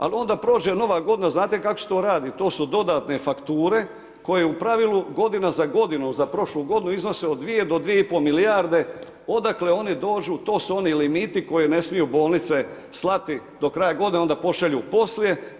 Ali onda prođe nova godina, znate kako se to radi, to su dodatne fakture koje u pravilu, godina za godinu, za prošlu godinu, iznose od 2-ije do 2,5 milijarde, odakle one dođu, to su oni limiti koji ne smiju bolnice slati do kraja godine, pa onda pošalju poslije.